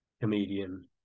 comedian